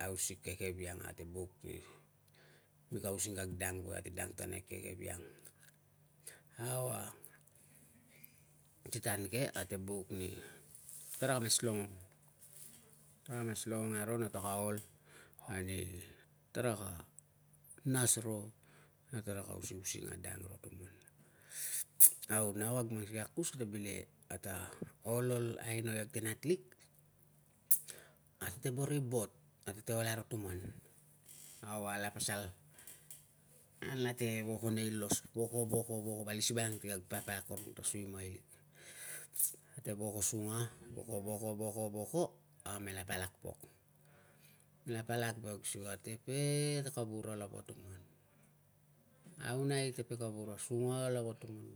hausik, e keviang. Ate buk ni mika using kag dang tatana eke e keviang. Au a ti tan ke, ate buk ni tara mas longong, tara mas longong aro na taka ol ani taraka nas ro na taraka usiusing a dang ro tuman au na kag mang sikei a akus kate bileke, ata ol, ol aino i kate natlik, akte boro i bot, akte ol aro tuman. Au, ala pasal an late voko nei los vali sivan ang si papa akorong ta suimailik. Ate voko sunga. Voko, voko, voko, voko, a mela palak pok palau ve kag sikei a tepe kavura lava tuman, aunai tepe kavura, sunga lava tuman